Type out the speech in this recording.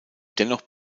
dennoch